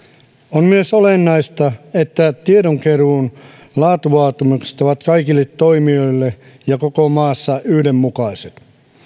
on myös olennaista että tiedonkeruun laatuvaatimukset ovat kaikille toimijoille ja koko maassa yhdenmukaiset